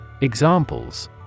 Examples